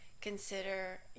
consider